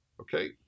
okay